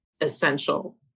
essential